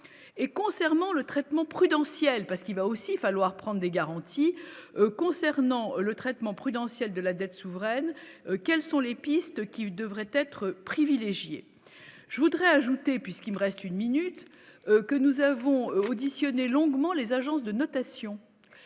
et concernant le traitement prudentiel, parce qu'il va aussi falloir prendre des garanties concernant le traitement prudentiel de la dette souveraine, quelles sont les pistes qui devraient être privilégiée, je voudrais ajouter puisqu'il nous reste une minute que nous avons auditionné longuement les agences de notation